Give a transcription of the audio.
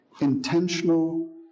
intentional